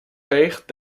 weegt